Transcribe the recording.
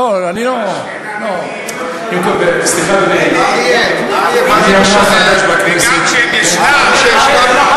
לא, אני לא, לא, גם כשהם ישנם הם אינם.